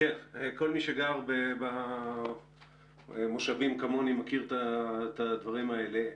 כל מי שגר במושבים, כמוני, מכיר את הדברים האלה.